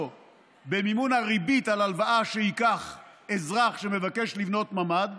במימון הריבית על ההלוואה שייקח אזרח שמבקש לבנות ממ"ד,